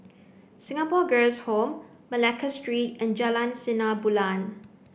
Singapore Girls' Home Malacca Street and Jalan Sinar Bulan